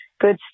good